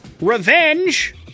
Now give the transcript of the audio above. Revenge